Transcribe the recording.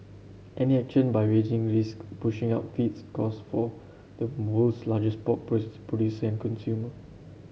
any action by risk pushing up feeds costs for the world's largest pork producer and consumer